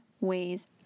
ways